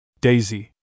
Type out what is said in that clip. Daisy